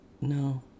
No